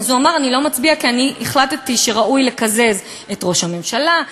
הוא אמר: אני לא מצביע כי אני החלטתי שראוי לקזז את ראש הממשלה,